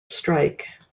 strike